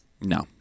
No